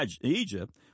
Egypt